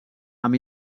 amb